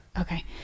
okay